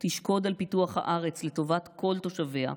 תשקוד על פיתוח הארץ לטובת כל תושביה,